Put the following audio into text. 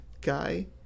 guy